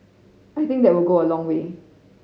I think that will go a long way